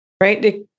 right